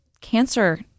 cancer